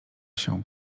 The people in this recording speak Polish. się